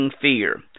fear